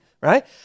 right